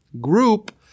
group